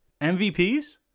MVPs